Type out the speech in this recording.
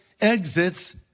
exits